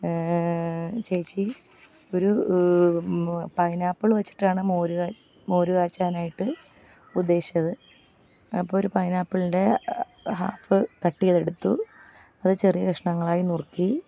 ചേച്ചി ഒരു പൈനാപ്പിള് വച്ചിട്ടാണ് മോരു മോരു കാച്ചാനായിട്ട് ഉദ്ദേശിച്ചത് അപ്പമൊരു പൈനാപ്പിളിൻ്റെ ഹാഫ് കട്ട് ചെയ്തെടുത്തു അത് ചെറിയ കഷ്ണങ്ങളായി നുറുക്കി